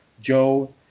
Joe